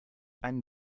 einen